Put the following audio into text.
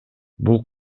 бул